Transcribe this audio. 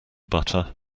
butter